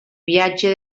viatge